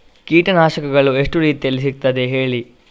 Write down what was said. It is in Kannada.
ಕೀಟನಾಶಕಗಳು ಎಷ್ಟು ರೀತಿಯಲ್ಲಿ ಸಿಗ್ತದ ಹೇಳಿ